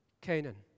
Canaan